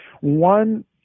One